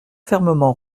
fermement